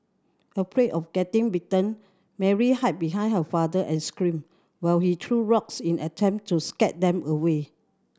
afraid of getting bitten Mary hid behind her father and screamed while he threw rocks in an attempt to scare them away